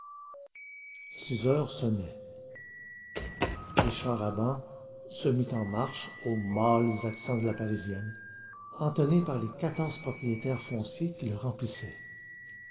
six heures sonnaient le char à bancs se mit en marche aux mâles accents de la parisienne entonnée par les quatorze propriétaires fonciers qui le remplissaient